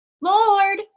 Lord